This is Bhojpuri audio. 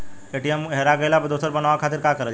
ए.टी.एम कार्ड हेरा गइल पर दोसर बनवावे खातिर का करल जाला?